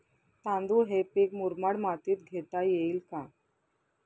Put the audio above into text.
तांदूळ हे पीक मुरमाड मातीत घेता येईल का?